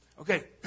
Okay